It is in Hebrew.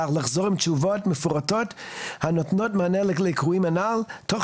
לחזור עם תשובות מפורטות הנותנות מענה לנ"ל תוך